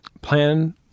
plan